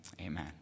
amen